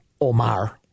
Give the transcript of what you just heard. Omar